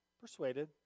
persuaded